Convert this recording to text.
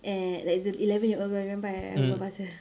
and like the eleven year old punya remember I berbual pasal